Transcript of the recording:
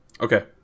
Okay